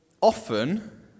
often